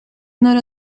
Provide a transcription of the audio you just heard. not